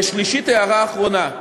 ושלישית, הערה אחרונה,